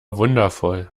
wundervoll